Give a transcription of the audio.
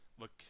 look